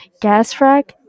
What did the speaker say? Gasfrack